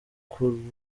kurambana